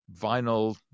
vinyl